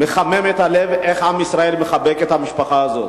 מחמם את הלב איך עם ישראל מחבק את המשפחה הזאת,